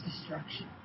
destruction